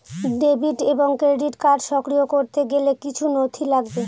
Debit এবং credit card সক্রিয় করতে গেলে কিছু নথি লাগবে?